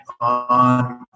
on